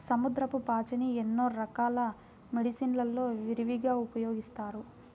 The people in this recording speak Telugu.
సముద్రపు పాచిని ఎన్నో రకాల మెడిసిన్ లలో విరివిగా ఉపయోగిస్తారు